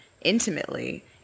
intimately